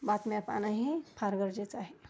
बातम्या पाहणंही फार गरजेचं आहे